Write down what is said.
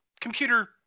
computer